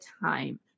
time